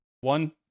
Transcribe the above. One